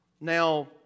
Now